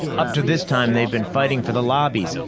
up to this time, they've been fighting for the lobbies.